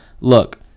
Look